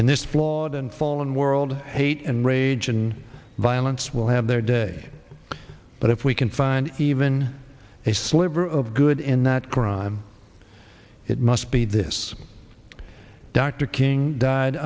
flawed and fallen world hate and rage and violence will have their day but if we can find even a sliver of good in that crime it must be this dr king died